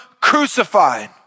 crucified